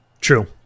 True